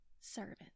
servant